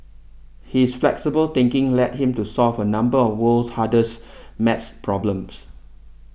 his flexible thinking led him to solve a number of the world's hardest math problems